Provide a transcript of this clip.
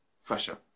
fresher